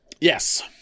Yes